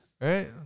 right